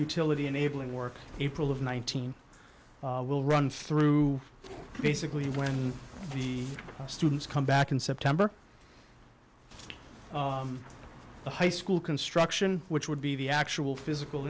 utility enabling work april of one thousand will run through basically when the students come back in september the high school construction which would be the actual physical